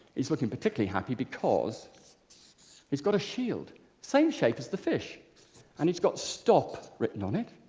he's looking particularly happy because he's got a shield same shape as the fish and it's got stop written on it.